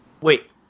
Wait